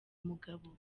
umugabo